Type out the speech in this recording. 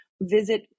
visit